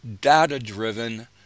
data-driven